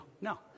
No